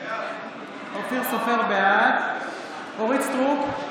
בעד אורית מלכה סטרוק,